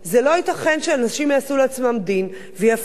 לא ייתכן שאנשים יעשו לעצמם דין ויפלו